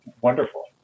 wonderful